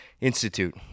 Institute